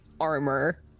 armor